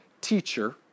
teacher